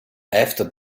after